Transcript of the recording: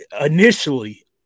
initially